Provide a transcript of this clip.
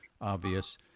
obvious